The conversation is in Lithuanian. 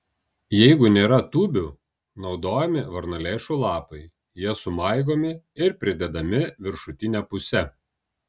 jeigu nėra tūbių naudojami varnalėšų lapai jie sumaigomi ir pridedami viršutine puse